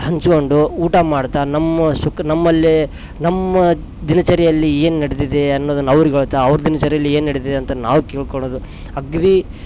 ಹಂಚ್ಕೊಂಡು ಊಟ ಮಾಡ್ತಾ ನಮ್ಮ ಸುಖ ನಮ್ಮಲ್ಲಿ ನಮ್ಮ ದಿನಚರಿಯಲ್ಲಿ ಏನು ನಡೆದಿದೆ ಅನ್ನೋದನ್ನ ಅವರಿಗೆ ಹೇಳ್ತ ಅವರ ದಿನಚರಿಯಲ್ಲಿ ಏನು ನಡೆದಿದೆ ಅಂತ ನಾವು ಕೇಳ್ಕೊಳೋದು ಅಗ್ರಿ